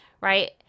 right